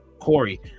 Corey